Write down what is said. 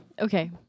Okay